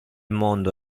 mondo